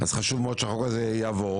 אז חשוב מאוד שהחוק הזה יעבור.